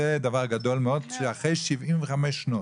זה דבר גדול מאוד שאחרי 75 שנות,